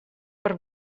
per